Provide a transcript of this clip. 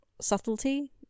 subtlety